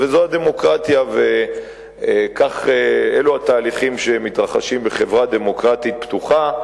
וזו הדמוקרטיה ואלו התהליכים שמתרחשים בחברה דמוקרטית פתוחה,